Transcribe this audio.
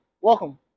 Welcome